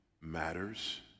matters